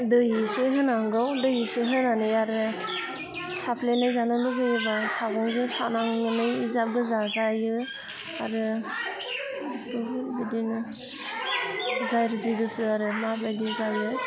दै एसे होनांगौ दै एसे होनानै आरो साफ्लेनाय जानो लुबैयोबा सागंजों सानानै इजाबो जाजायो आरो बुहुत बिदिनो जारजि गोसो आरो माबायदि जायो